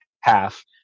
half